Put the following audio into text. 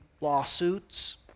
lawsuits